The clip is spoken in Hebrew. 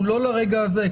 הוא לא לרגע הזה,